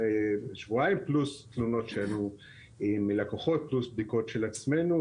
שבועיים פלוס תלונות שעלו מלקוחות פלוס בדיקות של עצמנו.